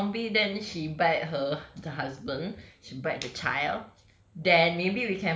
then she becomes the first zombie then she bite her the husband she bite the child